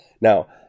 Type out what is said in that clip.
Now